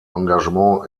engagement